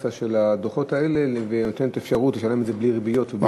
הסנקציה של הדוחות האלה ונותנת אפשרות לשלם את זה בלי ריביות ובלי,